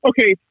okay